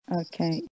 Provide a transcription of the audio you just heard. okay